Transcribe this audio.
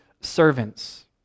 servants